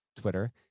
Twitter